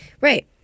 Right